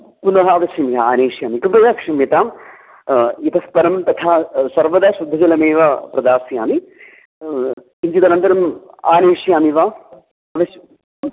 पुनः अवश्यम् आनयिष्यामि कृपया क्षम्यताम् इतः परं तथा सर्वदा शुद्धजलमेव प्रदास्यामि किञ्चिदनन्तरम् आनयिष्यामि वा अवश्यम्